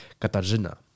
Katarzyna